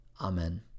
Amen